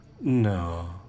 No